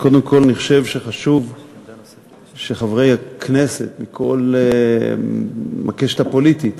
קודם כול אני חושב שחשוב שחברי הכנסת מכל הקשת הפוליטית